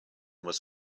was